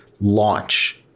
launch